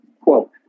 Quote